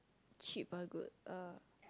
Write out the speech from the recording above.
cheap or good uh